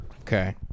Okay